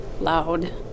loud